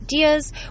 ideas